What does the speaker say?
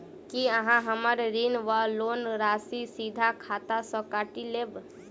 की अहाँ हम्मर ऋण वा लोन राशि सीधा खाता सँ काटि लेबऽ?